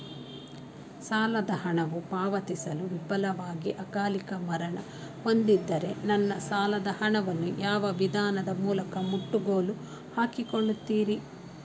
ಸಾಲದ ಹಣವು ಪಾವತಿಸಲು ವಿಫಲವಾಗಿ ಅಕಾಲಿಕ ಮರಣ ಹೊಂದಿದ್ದರೆ ನನ್ನ ಸಾಲದ ಹಣವನ್ನು ಯಾವ ವಿಧಾನದ ಮೂಲಕ ಮುಟ್ಟುಗೋಲು ಹಾಕಿಕೊಳ್ಳುತೀರಿ?